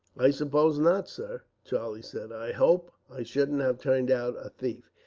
i suppose not, sir, charlie said. i hope i shouldn't have turned out a thief,